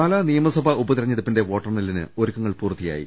പാലാ നിയമസഭാ ഉപതെരഞ്ഞെടുപ്പിന്റെ വോട്ടെണ്ണലിന് ഒരുക്ക ങ്ങൾ പൂർത്തിയായി